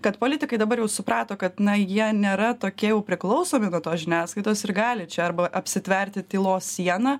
kad politikai dabar jau suprato kad na jie nėra tokie jau priklausomi nuo tos žiniasklaidos ir gali čia arba apsitverti tylos siena